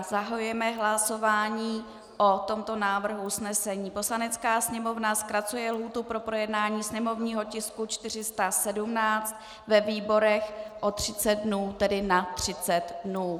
Zahajujeme hlasování o tomto návrhu usnesení: Poslanecká sněmovna zkracuje lhůtu pro projednání sněmovního tisku 417 ve výborech o 30 dnů, tedy na 30 dnů.